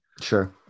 Sure